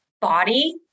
body